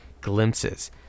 glimpses